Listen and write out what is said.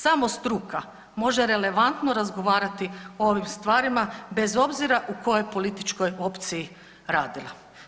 Samo struka može relevantno razgovarati o ovim stvarima bez obzira u kojoj političkoj opciji radila.